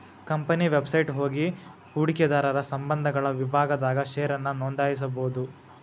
company website ಹೋಗಿ ಹೂಡಕಿದಾರರ ಸಂಬಂಧಗಳ ವಿಭಾಗದಾಗ ಷೇರನ್ನ ನೋಂದಾಯಿಸಬೋದು